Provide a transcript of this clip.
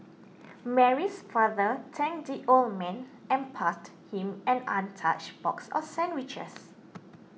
Mary's father thanked the old man and passed him an untouched box of sandwiches